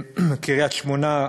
קריית-שמונה,